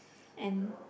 and